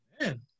man